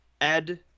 ed